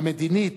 המדינית,